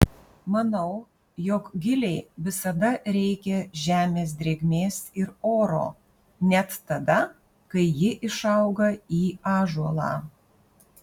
manau jog gilei visada reikia žemės drėgmės ir oro net tada kai ji išauga į ąžuolą